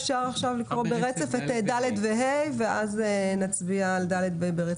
אפשר לקרוא ברצף את פרק ד' ו-ה' ואז נצביע עליהם.